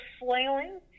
flailing